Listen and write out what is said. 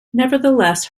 nevertheless